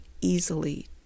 easily